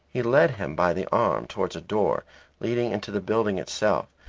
he led him by the arm towards a door leading into the building itself,